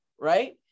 Right